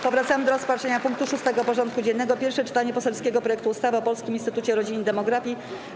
Powracamy do rozpatrzenia punktu 6. porządku dziennego: Pierwsze czytanie poselskiego projektu ustawy o Polskim Instytucie Rodziny i Demografii.